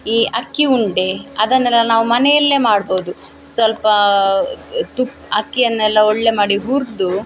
ಈ ಅಕ್ಕಿ ಉಂಡೆ ಅದನ್ನೆಲ್ಲ ನಾವು ಮನೆಯಲ್ಲೇ ಮಾಡ್ಬೋದು ಸ್ವಲ್ಪ ತುಪ್ಪ ಅಕ್ಕಿಯನ್ನೆಲ್ಲ ಒಳ್ಳೆಯ ಮಾಡಿ ಹುರಿದು